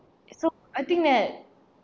so I think that